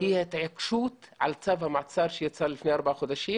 היא התעקשות על צו המעצר שיצא לפני ארבעה חודשים